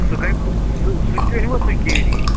سُہ گٔے سُہ سُہ تہِ أنۍ وا تُہۍ کے ڈی